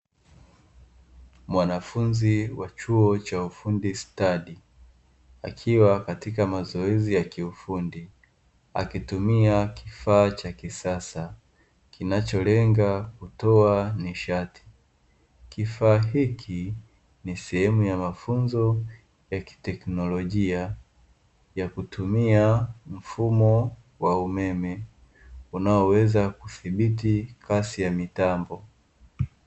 Mwanafunzi wa chuo cha ufundi stadi akiwa katika mazoezi ya kiufundi, akitumia kifaa cha kisasa kinacholenga kutoa nishati. Kifaa hiki ni sehemu ya mafunzo ya kiteknolojia ya kutumia mfumo wa umeme unaoweza kuthibiti kasi ya mitambo.